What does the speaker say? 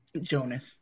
Jonas